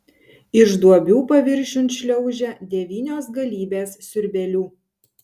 iš duobių paviršiun šliaužia devynios galybės siurbėlių